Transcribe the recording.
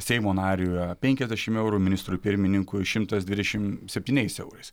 seimo nariui penkiasdešim eurų ministrui pirmininkui šimtas dvidešim septyniais eurais